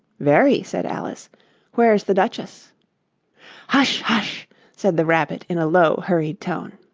very, said alice where's the duchess hush! hush said the rabbit in a low, hurried tone.